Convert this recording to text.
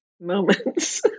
moments